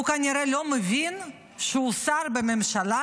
הוא כנראה לא מבין שהוא שר בממשלה,